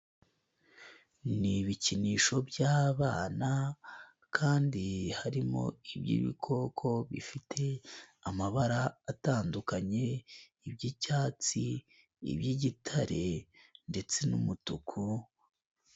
Ni ibikinisho by'abana kandi harimo iby'ibikoko bifite amabara atandukanye: iby'icyatsi, iby'igitare ndetse n'umutuku.